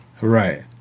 Right